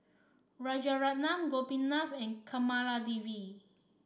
Rajaratnam Gopinath and Kamaladevi